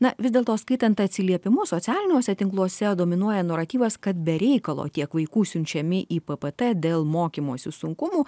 na vis dėlto skaitant atsiliepimus socialiniuose tinkluose dominuoja nuoratyvas kad be reikalo tiek vaikų siunčiami į p p t dėl mokymosi sunkumų